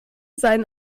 seinen